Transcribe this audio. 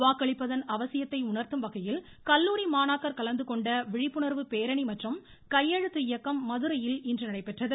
வாக்களிப்பதன் அவசியத்தை உணாத்தும் வகையில் கல்லூரி மாணாக்கா் கலந்து கொண்ட விழிப்புணா்வு பேரணி மற்றும் கையெழுத்து இயக்கம் மதுரையில் இன்று நடைபெற்றது